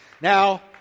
Now